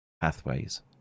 pathways